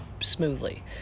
smoothly